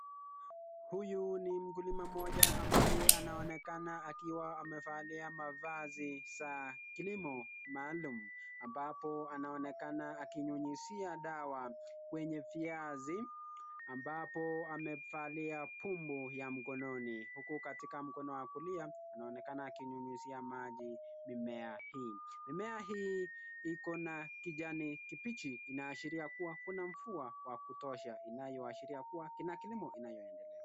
Huyu ni mkulima mmoja ambaye anaonekana akiwa amefalia mavazi za kilimo maalum ambapo anaonekana akinyunyizia dawa kwenye viazi ambapo amevalia pomu ya mkononi huku katika mkono wa kulia anaonekana akinyunyizia maji mimea hii, mimea hii iko na kijani kipichi inaashiria kuwa kuna mvua wa kutosha inayoashiria kuwa kuna kilimo inayoendelea.